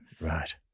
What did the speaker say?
Right